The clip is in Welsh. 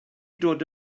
dod